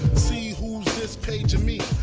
see this page of me